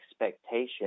expectation